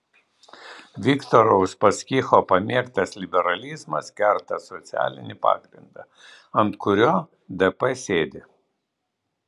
viktoro uspaskicho pamėgtas liberalizmas kerta socialinį pagrindą ant kurio dp sėdi